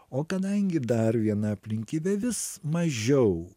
o kadangi dar viena aplinkybė vis mažiau